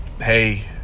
hey